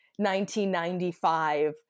1995